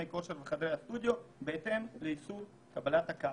כושר וחדרי סטודיו בהתאם לאיסור קבלת הקהל.